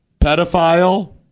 Pedophile